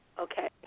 Okay